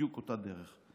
בדיוק אותה דרך.